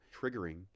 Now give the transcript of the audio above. triggering